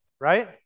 right